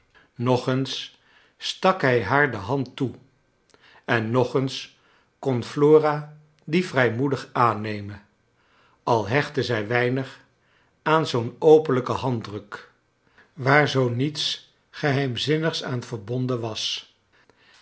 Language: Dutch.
nog eens stak liij haar de hand toe en nog eens kon flora die vrijmoedig aannemen al hechtte zij weinig aan zoo'n openlijken handdruk waar zoo niets geheimzinnigs aan verbonden was